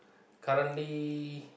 currently